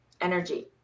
energy